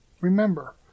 Remember